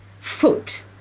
foot